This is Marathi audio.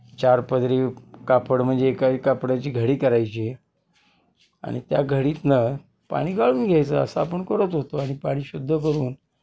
चार पदरी कापड म्हणजे एकाही कापडाची घडी करायची आणि त्या घडीतनं पाणी गाळून घ्यायचं असं आपण करत होतो आणि पाणी शुद्ध करून